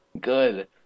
good